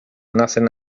nacen